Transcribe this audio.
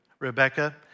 Rebecca